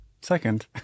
second